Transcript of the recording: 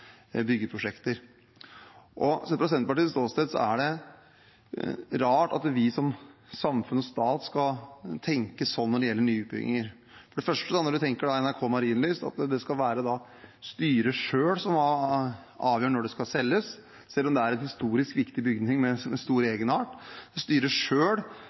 byggeprosjekter. Sett fra Senterpartiets ståsted er det rart at vi som samfunn og stat skal tenke sånn når det gjelder nye utbygginger. For det første, når man tenker på NRK Marienlyst: Det er styret selv som avgjør når det skal selges, selv om det er en historisk viktig bygning med stor